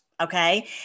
okay